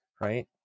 right